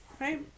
Right